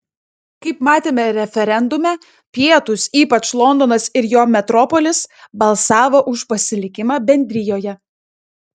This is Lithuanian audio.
kaip matėme referendume pietūs ypač londonas ir jo metropolis balsavo už pasilikimą bendrijoje